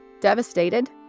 devastated